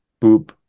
boop